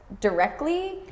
directly